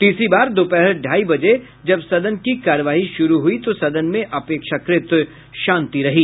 तीसरी बार दोपहर ढाई बजे जब सदन की कार्यवाही शुरू हुई तो सदन में अपेक्षाकृत शांति रही